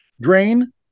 Drain